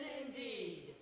indeed